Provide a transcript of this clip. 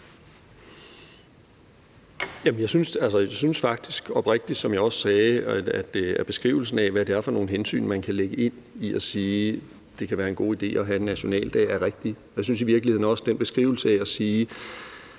jeg synes faktisk oprigtigt, som jeg også sagde, at beskrivelsen af, hvad det er for nogle hensyn, man kan lægge ind i at sige, at det kan være en god idé at have nationaldag, er rigtig. Og jeg synes i virkeligheden også, at beskrivelsen er rigtig,